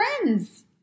friends